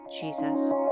Jesus